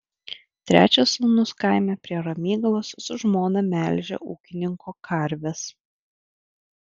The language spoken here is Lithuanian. trečias sūnus kaime prie ramygalos su žmona melžia ūkininko karves